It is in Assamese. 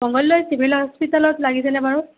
মংগলদৈ চিভিল হস্পিতেলত লাগিছেনে বাৰু